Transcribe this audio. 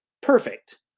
perfect